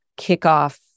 kickoff